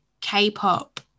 k-pop